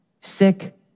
Sick